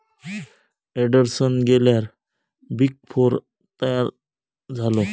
Anderson गेल्यार big four तयार झालो